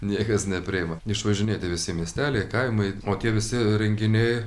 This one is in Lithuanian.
niekas nepriima išvažinėti visi miesteliai kaimai o tie visi renginiai